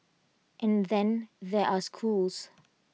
and then there are schools